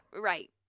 right